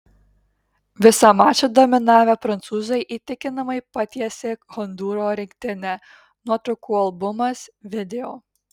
visą mačą dominavę prancūzai įtikinamai patiesė hondūro rinktinę nuotraukų albumas video